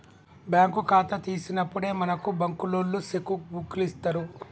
bank ఖాతా తీసినప్పుడే మనకు బంకులోల్లు సెక్కు బుక్కులిత్తరు